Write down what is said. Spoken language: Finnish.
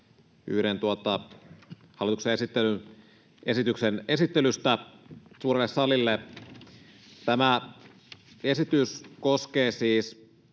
yhden hallituksen esityksen esittelystä suurelle salille. Tämä esitys koskee siis